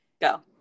Go